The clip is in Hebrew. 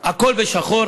הכול בשחור